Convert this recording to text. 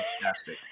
fantastic